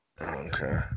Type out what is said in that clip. Okay